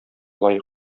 лаек